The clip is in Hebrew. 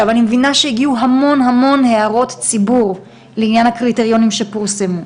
אני מבינה שהגיעו המון המון הערות ציבור לעניין הקריטריונים שפורסמו.